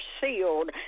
sealed